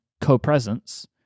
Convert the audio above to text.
Co-Presence